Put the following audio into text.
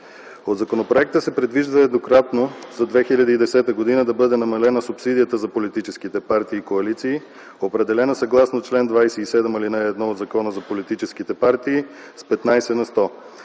Със законопроекта се предвижда еднократно за 2010 г. да бъде намалена субсидията за политическите партии и коалиции, определена съгласно чл. 27, ал. 1 от Закона за политическите партии, с 15 на сто.